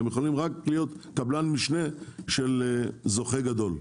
הם יכולים להיות רק קבלן משנה של זוכה גדול.